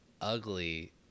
ugly